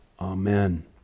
Amen